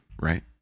right